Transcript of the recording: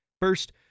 First